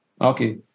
Okay